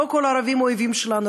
לא כל הערבים אויבים שלנו,